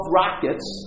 rockets